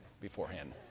beforehand